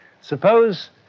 Suppose